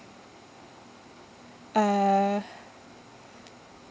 uh